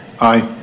Aye